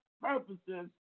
purposes